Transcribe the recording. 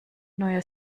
neuer